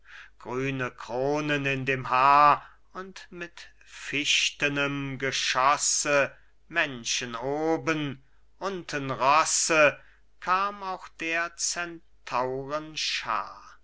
grüne kronen in dem haar und mit fichtenem geschosse menschen oben unten rosse kam auch der centauren schaar